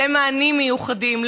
ומענים מיוחדים,